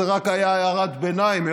זאת הייתה רק הערת ביניים.